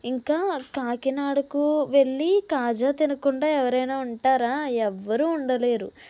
ఇంకా కాకినాడుకు వెళ్ళి కాజా తినకుండా ఎవరైనా ఉంటారా ఎవ్వరూ ఉండలేరు